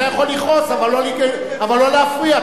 אתה יכול לכעוס אבל לא להפריע.